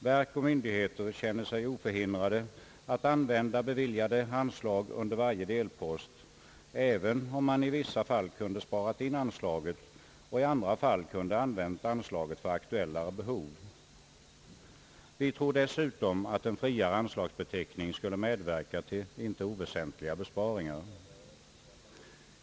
Verk och myndigheter känner sig oförhindrade att använda beviljade anslag under varje delpost även om man i vissa fall kunde sparat in anslaget och i andra fall kunde använt anslaget till aktuellare behov. Vi tror dessutom att en friare anslagsbeteckning skulle medverka till icke oväsentliga besparingar.